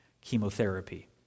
chemotherapy